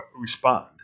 respond